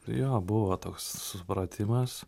jo buvo toks supratimas